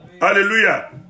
Hallelujah